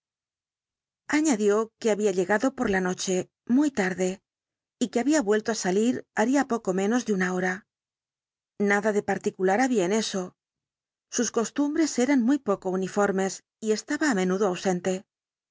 añadió que había llegado por la noche muy tarde y que había vuelto á salir haría poco menos de una hora nada de particular había en eso sus costumbres eran muy poco uniformes y estaba á menudo ausente